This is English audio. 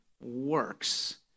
works